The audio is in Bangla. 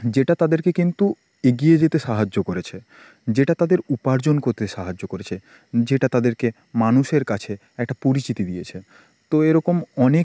যেটা তাদেরকে কিন্তু এগিয়ে যেতে সাহায্য করেছে যেটা তাদের উপার্জন করতে সাহায্য করেছে যেটা তাদেরকে মানুষের কাছে একটা পরিচিতি দিয়েছে তো এরকম অনেক